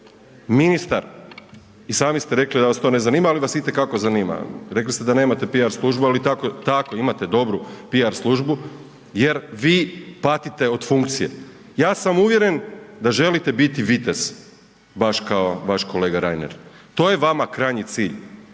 ministar. I sami ste rekli da vas to ne zanima, ali vas i te kako zanima, rekli ste da nema PR službu, ali tako imate dobru PR službu jer vi patite o funkcije. Ja sam uvjeren da želite biti vitez, baš kao vaš kolega Reiner. To je vama krajnji cilj,